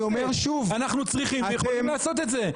אנחנו צריכים ויכולים לעשות את זה.